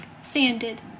sanded